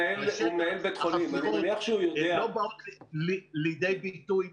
יש בערך 1,300 מיטות שמבחינת ההקמה שלהן לא קמו על תשתיות קיימות,